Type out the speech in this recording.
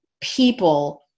people